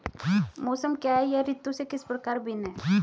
मौसम क्या है यह ऋतु से किस प्रकार भिन्न है?